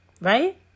right